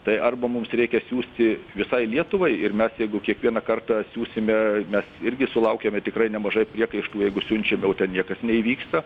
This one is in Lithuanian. tai arba mums reikia siųsti visai lietuvai ir mes jeigu kiekvieną kartą siųsime mes irgi sulaukiame tikrai nemažai priekaištų jeigu siunčiam o ten niekas neįvyksta